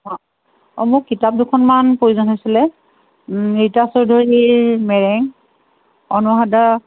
অ মোক কিতাপ দুখনমান প্ৰয়োজন হৈছিলে ৰীতা চৌধুৰীৰ মেৰেং অনুৰাধা